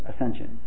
ascension